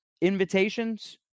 Invitations